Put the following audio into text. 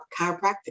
chiropractic